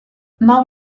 now